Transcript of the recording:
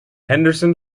henderson